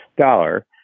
dollar